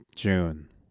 June